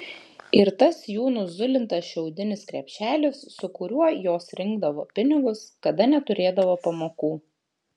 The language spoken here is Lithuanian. ir tas jų nuzulintas šiaudinis krepšelis su kuriuo jos rinkdavo pinigus kada neturėdavo pamokų